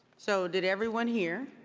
so did everyone hear?